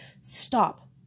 Stop